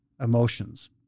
emotions